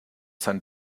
sent